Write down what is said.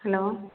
hello